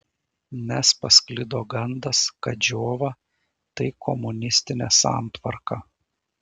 nes pasklido gandas kad džiova tai komunistinė santvarka